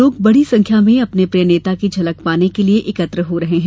लोग बड़ी संख्या में अपने प्रिय नेता की झलक पाने के लिए एकत्र हो रहे हैं